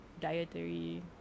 dietary